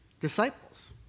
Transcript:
disciples